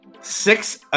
six